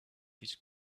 this